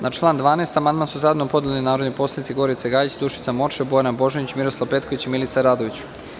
Na član 12. amandman su zajedno podneli narodni poslanici Gorica Gajić, Dušica Morčev, Bojana Božanić, Miroslav Petković i Milica Radović.